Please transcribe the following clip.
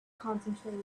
concentrate